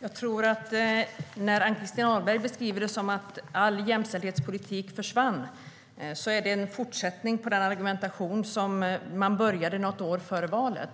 Herr talman! När Ann-Christin Ahlberg beskriver det som att all jämställdhetspolitik försvann är det en fortsättning på den argumentation man började med något år före valet.